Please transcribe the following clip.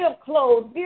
clothes